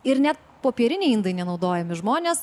ir ne popieriniai indai nenaudojami žmonės